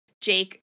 Jake